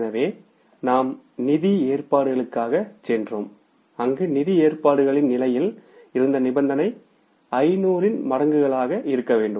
எனவே நாம் நிதி ஏற்பாடுகளுக்காகச் சென்றோம் அங்கு நிதி ஏற்பாடுகளின் நிலையில் இருந்த நிபந்தனை 500 இன் மடங்குகளாக இருக்க வேண்டும்